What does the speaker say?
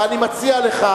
ואני מציע לך